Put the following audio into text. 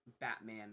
Batman